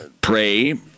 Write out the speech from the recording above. pray